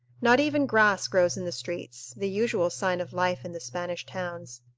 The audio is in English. not even grass grows in the streets the usual sign of life in the spanish towns.